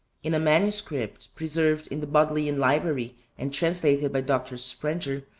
in a manuscript preserved in the bodleian library, and translated by dr. sprenger,